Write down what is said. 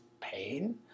pain